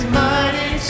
mighty